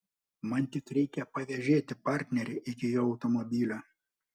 man tik reikia pavėžėti partnerį iki jo automobilio